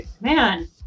Man